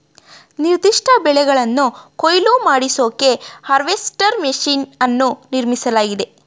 ನಿರ್ದಿಷ್ಟ ಬೆಳೆಗಳನ್ನು ಕೊಯ್ಲು ಮಾಡಿಸೋಕೆ ಹಾರ್ವೆಸ್ಟರ್ ಮೆಷಿನ್ ಅನ್ನು ನಿರ್ಮಿಸಲಾಗಿದೆ